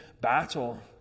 battle